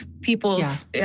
people's